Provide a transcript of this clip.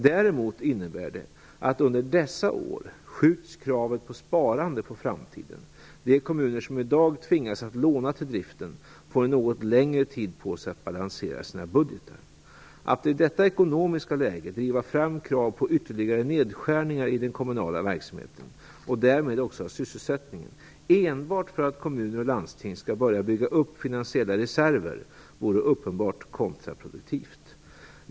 Däremot innebär det att under dessa år skjuts kravet på sparande på framtiden. De kommuner som i dag tvingas att låna till driften får en något längre tid på sig att balansera sina budgetar. Att i detta ekonomiska läge driva fram krav på ytterligare nedskärningar i den kommunala verksamheten - och därmed också av sysselsättningen - enbart för att kommuner och landsting skall börja bygga upp finansiella reserver vore uppenbart kontraproduktivt.